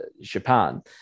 Japan